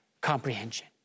comprehension